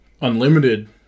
unlimited